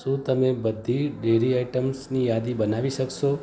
શું તમે બધી ડેરી આઇટમ્સની યાદી બનાવી શકશો